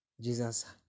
Jesus